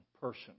person